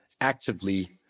actively